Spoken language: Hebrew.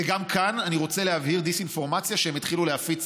וגם כאן אני רוצה להבהיר דיס-אינפורמציה שהם התחילו להפיץ,